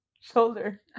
shoulder